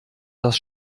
das